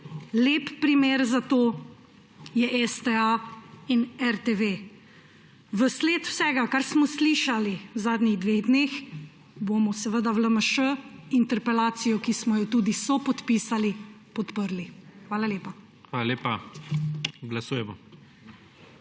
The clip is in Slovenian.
Lep primer za to je STA in RTV. Vsled vsega, kar smo slišali v zadnjih dveh dneh, bomo seveda v LMŠ interpelacijo, ki smo jo tudi sopodpisali, podprli. Hvala lepa. **PREDSEDNIK